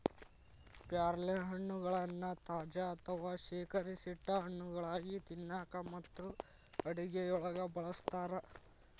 ಪ್ಯಾರಲಹಣ್ಣಗಳನ್ನ ತಾಜಾ ಅಥವಾ ಶೇಖರಿಸಿಟ್ಟ ಹಣ್ಣುಗಳಾಗಿ ತಿನ್ನಾಕ ಮತ್ತು ಅಡುಗೆಯೊಳಗ ಬಳಸ್ತಾರ